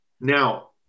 Now